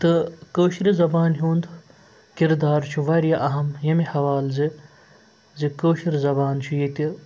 تہٕ کٲشرِ زبانہِ ہُنٛد کِردار چھُ واریاہ اَہم ییٚمہِ حوالہٕ زِ زِ کٲشِر زَبان چھِ ییٚتہِ